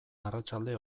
arratsalde